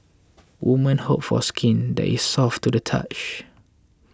women hope for skin that is soft to the touch